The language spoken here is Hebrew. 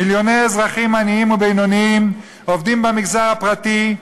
מיליוני אזרחים עניים ובינוניים עובדים במגזר הפרטי,